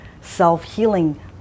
self-healing